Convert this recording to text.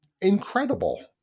incredible